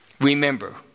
remember